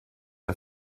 der